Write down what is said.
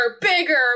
bigger